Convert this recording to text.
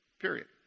Period